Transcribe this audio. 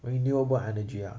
renewable energy ah